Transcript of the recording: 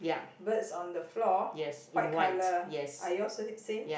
birds on the floor white colour are you all s~ same